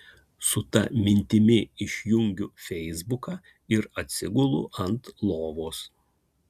su ta mintimi išjungiu feisbuką ir atsigulu ant lovos